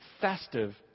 festive